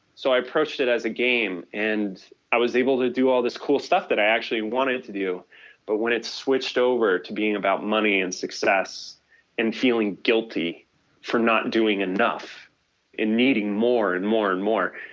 so i approached it as a game and i was able to do all this cool stuff that i actually wanted to do but when it switched over to being about money and success and feeling guilty for not doing enough and needing more and more and more,